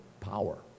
power